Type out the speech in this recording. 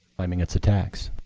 claiming it's a tax.